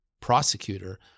prosecutor